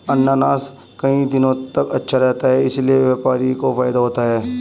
अनानास कई दिनों तक अच्छा रहता है इसीलिए व्यापारी को फायदा होता है